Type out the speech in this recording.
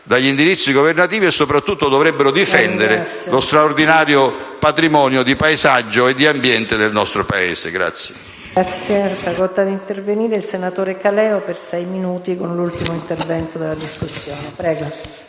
dagli indirizzi governativi e soprattutto dovrebbero difendere lo straordinario patrimonio di paesaggio e di ambiente del nostro Paese. PRESIDENTE.